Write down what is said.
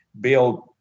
build